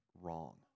wrong